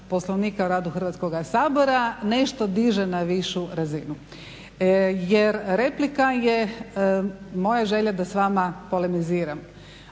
Poslovnika o radu Hrvatskog sabora nešto diže na višu razinu, jer replika je moja želja da s vama polemiziram,